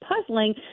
puzzling